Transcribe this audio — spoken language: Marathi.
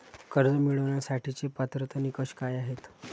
कर्ज मिळवण्यासाठीचे पात्रता निकष काय आहेत?